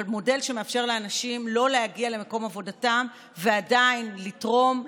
אבל מודל שמאפשר לאנשים לא להגיע למקום עבודתם ועדיין לתרום,